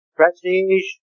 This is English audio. prestige